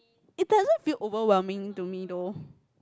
it doesn't feel overwhelming to me though